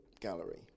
Gallery